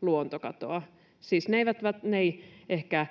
luontokatoa — siis ne eivät ehkä